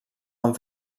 amb